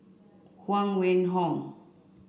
Huang Wenhong